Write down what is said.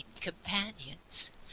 COMPANIONS